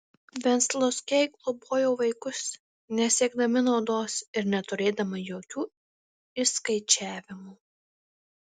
venclauskiai globojo vaikus nesiekdami naudos ir neturėdami jokių išskaičiavimų